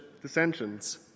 dissensions